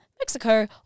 Mexico